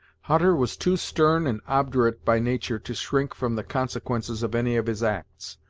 hutter was too stern and obdurate by nature to shrink from the consequences of any of his acts,